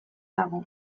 dago